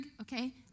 okay